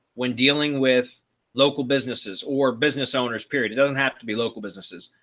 when dealing with local businesses or business owners period, it doesn't have to be local businesses.